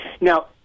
now